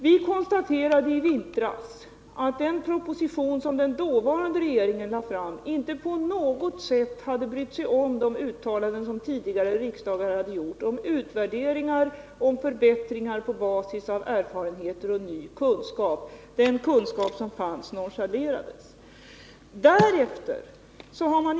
Vi konstaterade i vintras att man i den proposition som den dåvarande regeringen lade fram inte på något sätt hade brytt sig om de uttalanden som tidigare riksdagar hade gjort om utvärderingar och förbättringar på basis av erfarenheter och ny kunskap. Den kunskap som fanns nonchalerades.